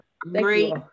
Great